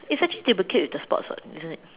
it's actually duplicate with the sports [what] isn't it